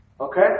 Okay